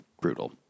brutal